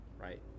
Right